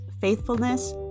faithfulness